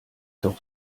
doch